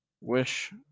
Wish